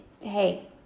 Hey